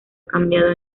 cambiado